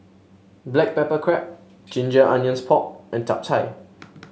Black Pepper Crab Ginger Onions Pork and Chap Chai